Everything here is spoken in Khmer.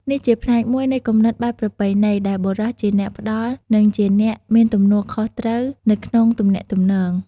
នេះជាផ្នែកមួយនៃគំនិតបែបប្រពៃណីដែលបុរសជាអ្នកផ្តល់ និងជាអ្នកមានទំនួលខុសត្រូវនៅក្នុងទំនាក់ទំនង។